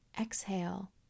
exhale